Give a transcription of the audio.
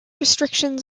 restrictions